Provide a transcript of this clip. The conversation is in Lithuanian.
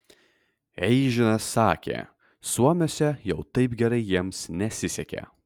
eižinas sakė suomiuose jau taip gerai jiems nesisekė